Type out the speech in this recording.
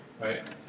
right